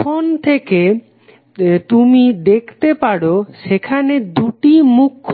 এখান থেকে তুমি দেখতে পারো সেখানে দুটি মুখ্য